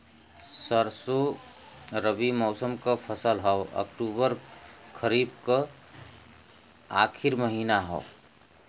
सरसो रबी मौसम क फसल हव अक्टूबर खरीफ क आखिर महीना हव